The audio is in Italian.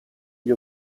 gli